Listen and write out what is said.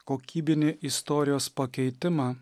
kokybinį istorijos pakeitimą